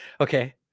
Okay